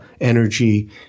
energy